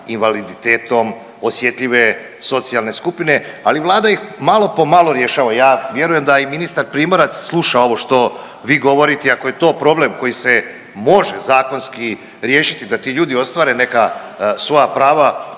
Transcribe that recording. invaliditetom osjetljive socijalne skupine, ali Vlada ih malo po malo rješava. Ja vjerujem da i ministar Primorac sluša ovo što vi govorite i ako je to problem koji se može zakonski riješiti da ti ljudi ostvare neka svoja prava